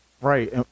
Right